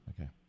Okay